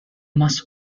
must